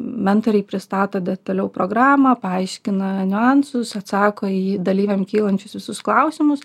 mentoriai pristato detaliau programą paaiškina niuansus atsako į dalyviam kylančius visus klausimus